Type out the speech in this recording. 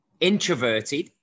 introverted